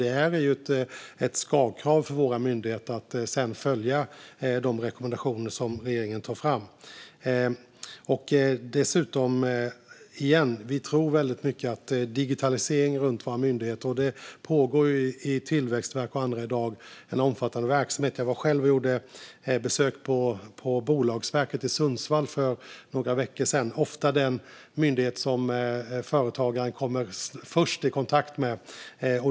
Det är ett sparkrav för våra myndigheter att följa de rekommendationer som regeringen tar fram. Dessutom, igen, tror vi väldigt mycket på digitalisering i våra myndigheter. Det pågår på Tillväxtverket i dag en omfattande verksamhet. Jag själv besökte för några veckor sedan Bolagsverket i Sundsvall, vilket är den myndighet som företagare ofta först kommer i kontakt med.